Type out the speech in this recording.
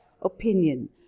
opinion